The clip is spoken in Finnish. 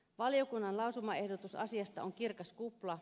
valiokunnan lausumaehdotus asiasta on kirkas kupla